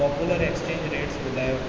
popular exchange rates ॿुधायो